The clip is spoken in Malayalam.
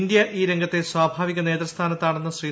ഇന്തൃ ഈ രംഗത്തെ സ്വാഭാവിക നേതൃസ്ഥാനത്താണെന്ന് ശ്രീ